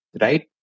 right